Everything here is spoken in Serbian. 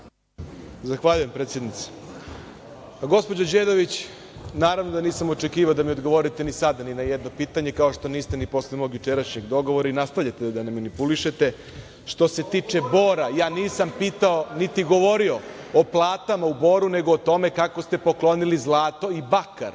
Zahvaljujem. Gospođo Đedović, naravno da nisam očekivao da mi odgovorite ni sada ni na jedno pitanje, kao što niste ni posle mog jučerašnjeg dogovora i nastavljate da manipulišete. Što se tiče Bora, ja nisam pitao niti govorio o platama u Boru nego o tome kako ste poklonili zlato i bakar